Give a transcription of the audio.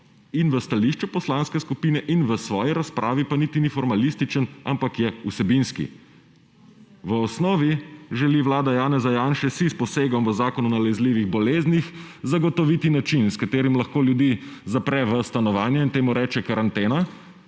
in v stališču poslanske skupine in v svoji razpravi, pa niti ni formalističen, ampak je vsebinski. V osnovi želi vlada Janeza Janše si s posegom v Zakon o nalezljivih boleznih zagotoviti način, s katerim lahko ljudi zapre v stanovanje, in temu reče karantena,